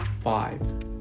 five